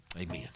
amen